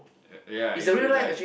yea it's relive